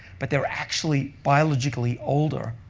but they're actually biologically older,